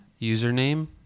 username